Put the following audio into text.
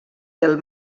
del